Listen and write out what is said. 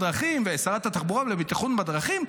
שרת התחבורה והבטיחות בדרכים,